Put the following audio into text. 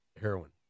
heroin